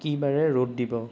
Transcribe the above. কি বাৰে ৰ'দ দিব